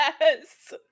Yes